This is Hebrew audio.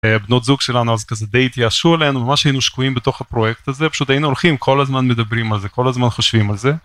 בנות זוג שלנו אז כזה די התייאשו עלינו ממש היינו שקועים בתוך הפרויקט הזה פשוט היינו הולכים כל הזמן מדברים על זה כל הזמן חושבים על זה.